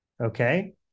Okay